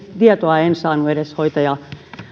tietoa en saanut edes hoitaja